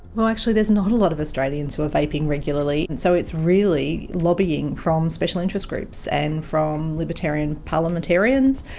well, actually, there's not a lot of australians who are vaping regularly. and so it's really lobbying from special interest groups and from libertarian parliamentarians.